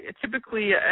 typically